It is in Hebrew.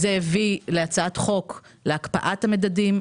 זה הביא להצעת חוק להקפאת המדדים,